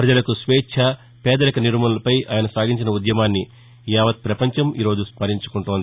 ప్రజలకు స్వేచ్ఛ పేదరిక నిర్మూలనపై ఆయన సాగించిన ఉద్యమాన్ని యావత్ పపంచం ఈరోజు స్మరించుకుంటోంది